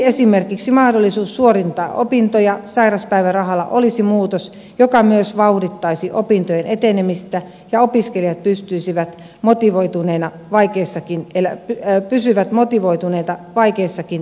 esimerkiksi mahdollisuus suorittaa opintoja sairauspäivärahalla olisi muutos joka myös vauhdittaisi opintojen etenemistä ja opiskelijat pysyisivät motivoituneina vaikeissakin elämäntilanteissa